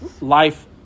life